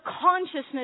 consciousness